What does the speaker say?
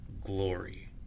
Glory